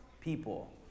people